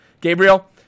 Gabriel